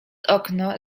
okno